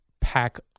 pack